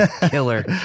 Killer